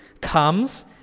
comes